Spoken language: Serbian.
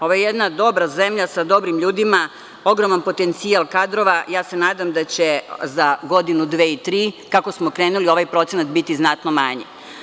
Ovo je jedna dobra zemlja, sa dobrim ljudima, ogroman potencijal kadrova i ja se nadam da će za godinu, dve i tri, kako smo krenuli, ovaj procenat biti znatno manji.